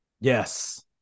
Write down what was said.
Yes